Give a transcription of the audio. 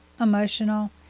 emotional